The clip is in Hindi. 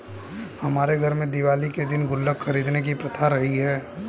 हमारे घर में दिवाली के दिन गुल्लक खरीदने की प्रथा रही है